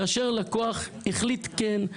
כאשר לקוח החליט כן,